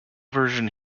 version